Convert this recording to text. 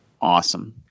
Awesome